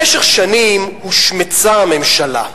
במשך שנים הושמצה הממשלה כממשלה.